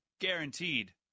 Guaranteed